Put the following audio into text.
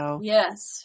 Yes